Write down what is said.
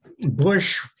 Bush